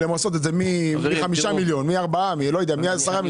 למסות את זה מ-5 מיליון או מ-10 מיליון.